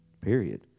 period